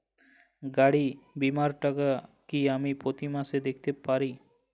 গাড়ী বীমার টাকা কি আমি প্রতি মাসে দিতে পারি?